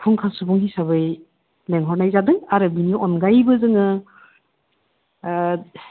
फुंखा सुबुं हिसाबै लिंहरनाय जादों आरो बेनि अनगायैबो जोङो